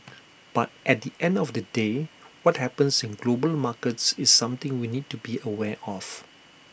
but at the end of the day what happens in global markets is something we need to be aware of